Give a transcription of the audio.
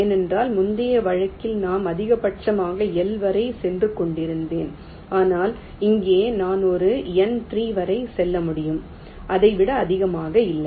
ஏனென்றால் முந்தைய வழக்கில் நான் அதிகபட்சமாக L வரை சென்று கொண்டிருந்தேன் ஆனால் இங்கே நான் ஒரு N 3 வரை செல்ல முடியும் அதை விட அதிகமாக இல்லை